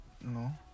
No